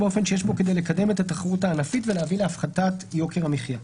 באופן שיש בו כדי לקדם את התחרות הענפית ולהביא להפחתת יוקר המחיה.